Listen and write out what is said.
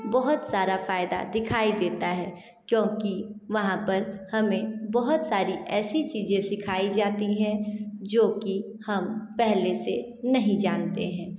बहुत सारा फ़ायदा दिखाई देता है क्योंकि वहाँ पर हमें बहुत सारी ऐसी चीज़ें सिखाई जाती हैं जोकि हम पहले से नहीं जानते हैं